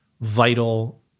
vital